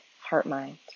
heart-mind